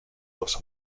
los